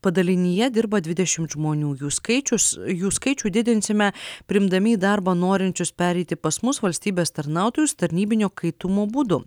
padalinyje dirba dvidešimt žmonių jų skaičius jų skaičių didinsime priimdami į darbą norinčius pereiti pas mus valstybės tarnautojus tarnybinio kaitumo būdu